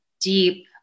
deep